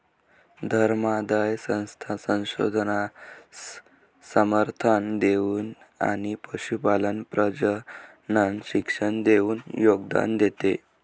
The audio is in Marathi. धर्मादाय संस्था संशोधनास समर्थन देऊन आणि पशुपालन प्रजनन शिक्षण देऊन योगदान देते